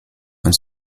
uns